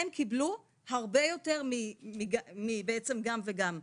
הם קיבלו הרבה יותר מבעצם גם וגם.